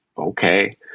okay